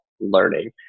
learning